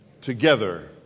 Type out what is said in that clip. together